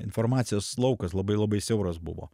informacijos laukas labai labai siauras buvo